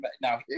now